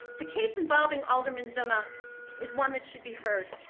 the case involving alderman zima is one that should be heard.